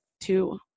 two